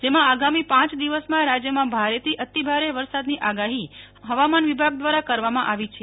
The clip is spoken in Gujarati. જેમાં આગામી પાંચ દિવસમાં રાજ્યમાં ભારેથી અતિભારે વરસાદની આગાહી હવામાન વિભાગ દ્વારા કરવામાં આવી છે